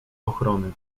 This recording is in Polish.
ochrony